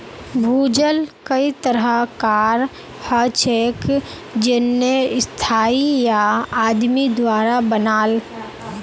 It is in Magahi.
भूजल कई तरह कार हछेक जेन्ने स्थाई या आदमी द्वारा बनाल